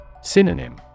Synonym